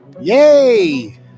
Yay